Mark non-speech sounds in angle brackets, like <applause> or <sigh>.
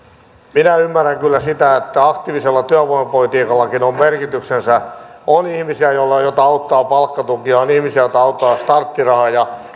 minä ymmärrän kyllä sitä että aktiivisella työvoimapolitiikallakin on merkityksensä on ihmisiä joita auttaa palkkatuki ja on ihmisiä joita auttaa starttiraha ja <unintelligible>